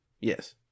Yes